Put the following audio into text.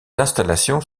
installations